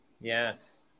Yes